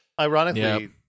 Ironically